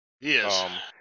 yes